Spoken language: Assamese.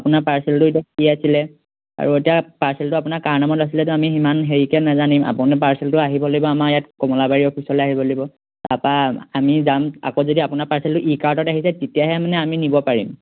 আপোনাৰ পাৰ্চেলটো এতিয়া কি আছিলে আৰু এতিয়া পাৰ্চেলটো আপোনাৰ কাৰ নামত আছিলে আমি সিমান হেৰিকে নাজানিম আপোনাৰ পাৰ্চেলটো আহিব লাগিব আমাৰ ইয়াত কমলাবাৰী অফিচলে আহিব লাগিব তাৰপা আমি যাম আকৌ যদি আপোনাৰ পাৰ্চেলটো ই কাৰ্ডত আহিছে তেতিয়াহে মানে আমি নিব পাৰিম